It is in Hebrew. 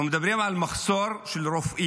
אנחנו מדברים על מחסור ברופאים,